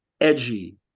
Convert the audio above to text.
edgy